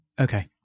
Okay